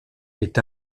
est